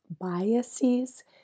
biases